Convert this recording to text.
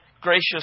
gracious